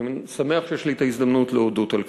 אני שמח שיש לי את ההזדמנות להודות על כך.